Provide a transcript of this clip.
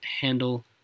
handle